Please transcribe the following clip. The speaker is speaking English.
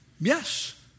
Yes